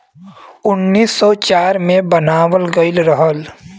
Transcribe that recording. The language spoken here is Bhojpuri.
उन्नीस सौ चार मे बनावल गइल रहल